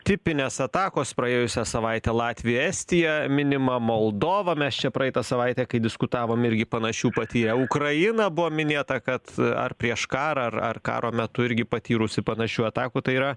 tipinės atakos praėjusią savaitę latvija estija minima moldova mes čia praeitą savaitę kai diskutavom irgi panašių patyrę ukraina buvo minėta kad ar prieš karą ar ar karo metu irgi patyrusi panašių atakų tai yra